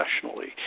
professionally